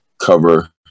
cover